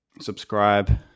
Subscribe